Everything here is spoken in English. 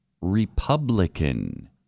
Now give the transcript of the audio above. Republican